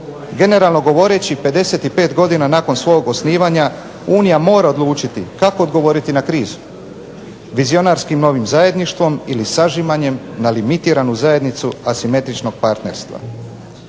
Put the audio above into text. Generalno govoreći 55 godina nakon svog osnivanja Unija mora odlučiti kako odgovoriti na krizu vizionarskim novim zajedništvom ili sažimanjem na limitiranu zajednicu asimetričnog partnerstva.